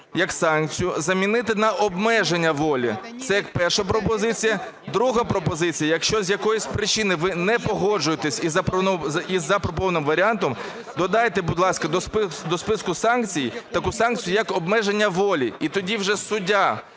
як санкцію замінити на обмеження волі. Це як перша пропозиція. Друга пропозиція. Якщо з якоїсь причини ви не погоджуєтесь із запропонованим варіантом, додайте, будь ласка, до списку санкцій таку санкцію, як обмеження волі. І тоді вже суддя,